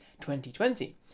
2020